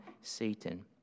Satan